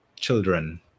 children